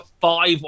five